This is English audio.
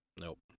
Nope